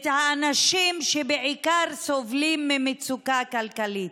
את עיקר האנשים שסובלים ממצוקה כלכלית.